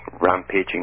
rampaging